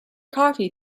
coffee